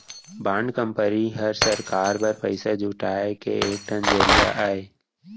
bond company हर सरकार बर पइसा जुटाए के एक ठन जरिया अय